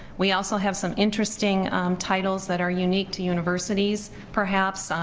we also have some interesting titles that are unique to universities perhaps.